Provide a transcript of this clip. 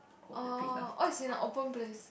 oh oh it's in a open place